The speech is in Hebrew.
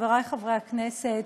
חברי חברי הכנסת.